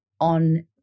on